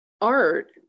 art